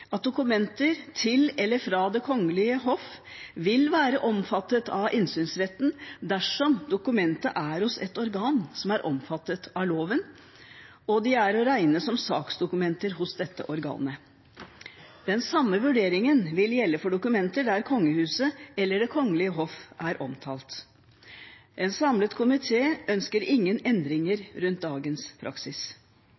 at dokumenter til eller fra Det kongelige hoff vil være omfattet av innsynsretten dersom dokumentet er hos et organ som er omfattet av loven, og de er å regne som saksdokumenter hos dette organet. Den samme vurderingen vil gjelde for dokumenter der kongehuset eller Det kongelige hoff er omtalt. En samlet komité ønsker ingen endringer